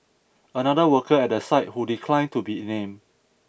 another worker at the site who declined to be named